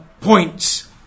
points